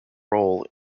role